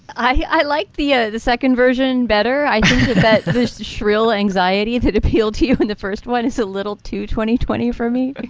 i like the ah the second version better. i think that this shrill anxiety that appealed to you in the first one is a little too twenty twenty for me. like